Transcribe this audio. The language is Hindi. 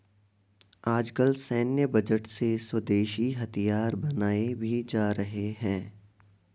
आजकल सैन्य बजट से स्वदेशी हथियार बनाये भी जा रहे हैं